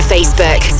Facebook